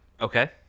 Okay